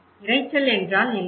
இரைச்சல் என்றால் என்ன